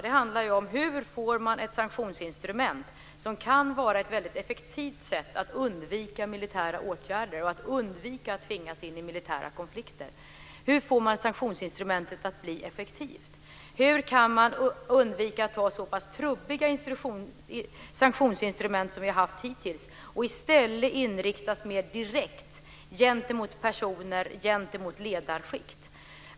Det handlar om hur man får sanktionsinstrumentet, som kan vara ett effektivt sätt att undvika militära åtgärder och att undvika att tvingas in i militära konflikter, att bli effektivt. Hur kan man undvika att ha så pass trubbiga sanktionsinstrument som vi har haft hittills och i stället inrikta dem mer direkt gentemot personer och ledarskikt?